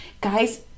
guys